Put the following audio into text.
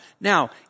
Now